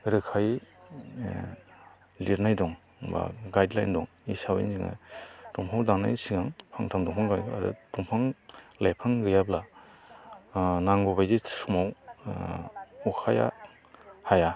रोखायै लिरनाय दं बा गाइडलाइन दं बे हिसाबै जोङो दंफां दाननायनि सिगांफांथाम गायनांगौ दंफां लाइफां गैयाब्ला ओ नांगौबायदि समाव ओ अखाया हाया